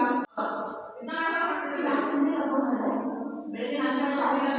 Phone pay ಒಳಗ balance ಹೆಂಗ್ check ಮಾಡುವುದು?